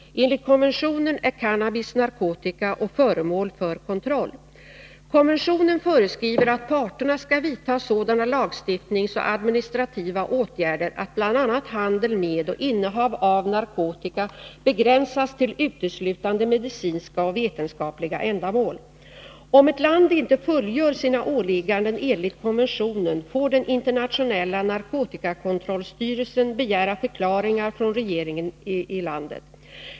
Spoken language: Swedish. Enligt konventionen är cannabis narkotika och föremål för kontroll. Konventionen föreskriver att parterna skall vidta sådana lagstiftningsoch administrativa åtgärder att bl.a. handel med och innehav av narkotika begränsas till uteslutande medicinska och vetenskapliga ändamål. Om ett land inte fullgör sina åligganden enligt konventionen får den internationella narkotikakontrollstyreisen begära förklaringar från regeringen i landet.